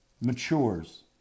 matures